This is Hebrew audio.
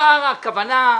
מה הכוונה?